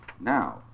Now